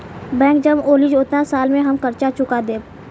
bank जब बोली ओतना साल में हम कर्जा चूका देम